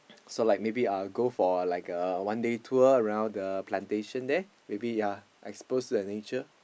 so like maybe uh go for like a one day tour around the plantation there maybe ya expose to the nature